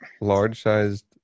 large-sized